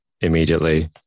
immediately